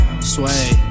Sway